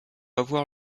avoir